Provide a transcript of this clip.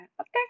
okay